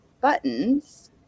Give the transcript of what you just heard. buttons